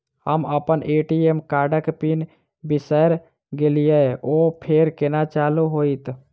हम अप्पन ए.टी.एम कार्डक पिन बिसैर गेलियै ओ फेर कोना चालु होइत?